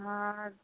हाँ है